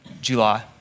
July